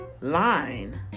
line